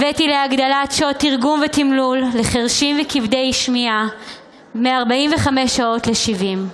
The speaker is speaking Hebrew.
הבאתי להגדלת שעות תרגום ותמלול לחירשים וכבדי שמיעה מ-45 שעות ל-70,